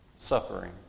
Suffering